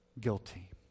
guilty